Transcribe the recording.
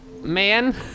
man